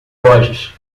lojas